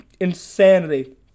Insanity